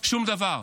שום דבר.